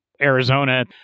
Arizona